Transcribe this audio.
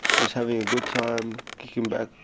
just having a good time, kicking back,